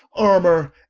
armor,